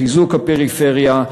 לחיזוק הפריפריה,